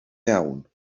iawn